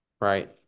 Right